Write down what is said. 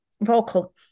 vocal